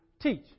teach